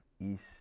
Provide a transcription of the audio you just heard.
east